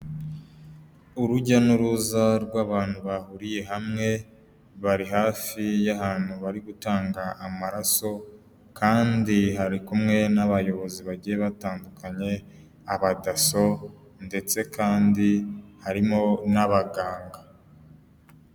Urujya n'uruza rw'abantu bahuriye hamwe, bari hafi y'ahantu bari gutanga amaraso kandi hari kumwe n'abayobozi bagiye batandukanye; abadaso ndetse kandi harimo n'abaganga.